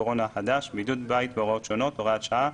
הקורונה החדש) (בידוד בית והוראות שונות) (הוראת שעה),